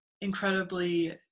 incredibly